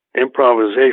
improvisation